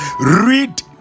Read